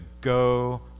go